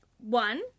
One